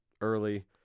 early